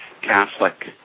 Catholic